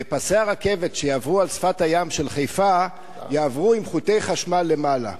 ופסי הרכבת שיעברו על שפת הים של חיפה יעברו עם חוטי חשמל למעלה.